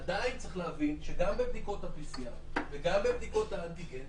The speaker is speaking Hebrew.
עדיין צריך להבין שגם בבדיקות ה-PCR וגם בבדיקות האנטיגן